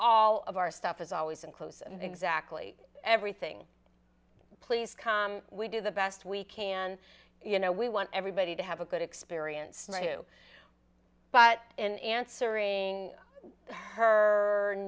all of our stuff is always in clothes and exactly everything please come we do the best we can you know we want everybody to have a good experience not to but in answering her